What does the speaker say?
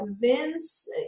Vince